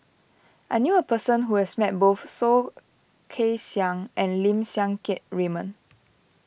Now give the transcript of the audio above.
I knew a person who has met both Soh Kay Siang and Lim Siang Keat Raymond